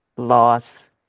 loss